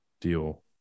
deal